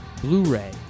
Blu-ray